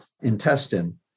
intestine